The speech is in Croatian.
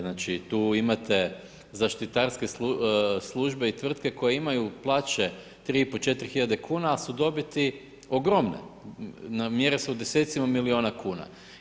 Znači tu imate zaštitarske službe i tvrtke koje imaju plaće 3,5, 4 tisuće kuna ali su dobiti ogromne, mjere se u desecima milijuna kuna.